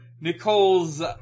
Nicole's